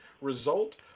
result